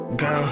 go